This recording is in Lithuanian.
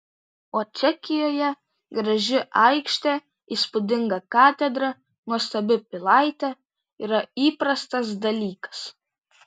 o čekijoje graži aikštė įspūdinga katedra nuostabi pilaitė yra įprastas dalykas